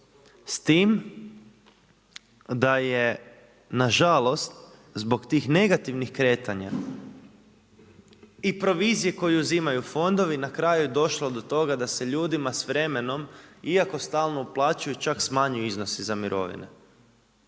S tim da je nažalost zbog tih negativnih kretanja i provizije koju uzimaju fondovi na kraju došla do toga da se ljudima s vremenom, iako stalno uplaćuju čak smanjuju iznosi za mirovine.